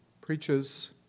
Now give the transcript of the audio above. preaches